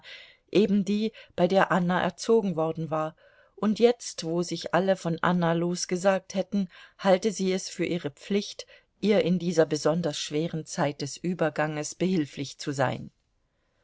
anna erzogen worden war und jetzt wo sich alle von anna losgesagt hätten halte sie es für ihre pflicht ihr in dieser besonders schweren zeit des überganges behilflich zu sein